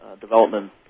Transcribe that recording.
development